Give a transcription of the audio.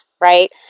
right